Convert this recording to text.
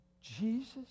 Jesus